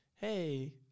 Hey